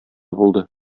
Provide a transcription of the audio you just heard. булды